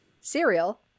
cereal